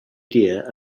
idea